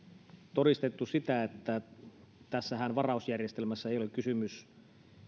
todistettu sitä että tässä varausjärjestelmässähän ei ole kysymys